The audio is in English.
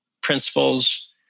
principles